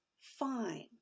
fine